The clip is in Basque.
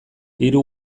hiru